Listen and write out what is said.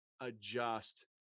adjust